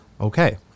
Okay